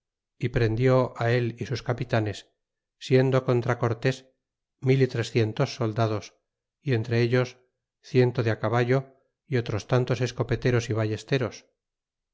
y prendió él y sus capitanes siendo contra cortés mil y trescientos soldados y entre ellos ciento de caballo y otros tantos escopeteros y ballesteros